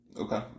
Okay